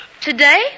today